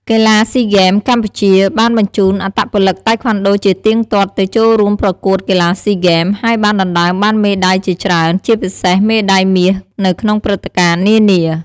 កីឡាស៊ីហ្គេម SEA Games កម្ពុជាបានបញ្ជូនអត្តពលិកតៃក្វាន់ដូជាទៀងទាត់ទៅចូលរួមប្រកួតកីឡាស៊ីហ្គេម ហើយបានដណ្ដើមបានមេដាយជាច្រើន ជាពិសេសមេដាយមាសនៅក្នុងព្រឹត្តិការណ៍នានា។